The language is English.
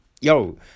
yo